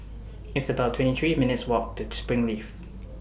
It's about twenty three minutes' Walk to Springleaf